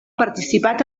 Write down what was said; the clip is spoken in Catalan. participat